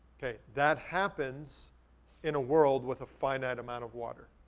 that happens in a world with a finite amount of water.